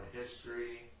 history